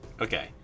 Okay